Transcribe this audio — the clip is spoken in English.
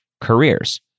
careers